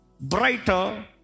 Brighter